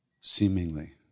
seemingly